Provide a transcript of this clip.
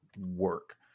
work